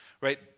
right